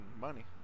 money